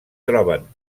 troben